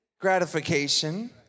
gratification